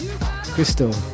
Crystal